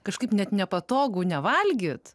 kažkaip net nepatogu nevalgyt